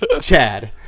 Chad